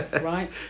Right